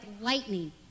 lightning